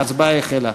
ההצבעה החלה.